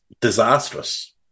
disastrous